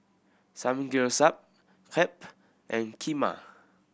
Samgyeopsal Crepe and Kheema